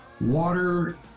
water